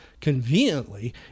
conveniently